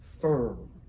firm